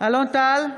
אלון טל,